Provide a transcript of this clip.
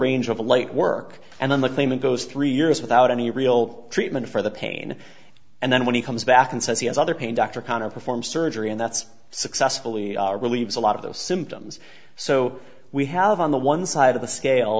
range of light work and then the claimant goes three years without any real treatment for the pain and then when he comes back and says he has other pain dr conner performed surgery and that's successfully relieves a lot of those symptoms so we have on the one side of the scale